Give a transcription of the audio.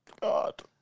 God